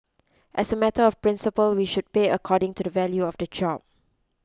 as a matter of principle we should pay according to the value of the job